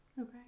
Okay